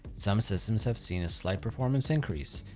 some systems have seen a slight performance increase.